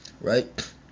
Right